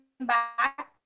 back